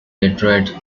detroit